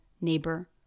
neighbor